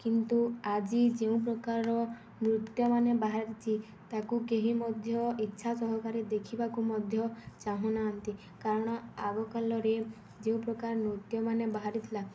କିନ୍ତୁ ଆଜି ଯେଉଁ ପ୍ରକାର ନୃତ୍ୟମାନେ ବାହାରିଛି ତାକୁ କେହି ମଧ୍ୟ ଇଚ୍ଛା ସହକାରେ ଦେଖିବାକୁ ମଧ୍ୟ ଚାହୁଁନାହାନ୍ତି କାରଣ ଆଗ କାଳରେ ଯେଉଁ ପ୍ରକାର ନୃତ୍ୟମାନେ ବାହାରିଥିଲା